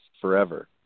forever